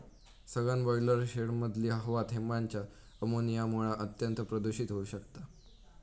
सघन ब्रॉयलर शेडमधली हवा थेंबांच्या अमोनियामुळा अत्यंत प्रदुषित होउ शकता